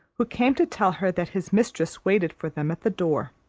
who came to tell her that his mistress waited for them at the door.